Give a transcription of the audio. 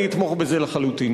אני אתמוך בזה לחלוטין.